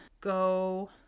go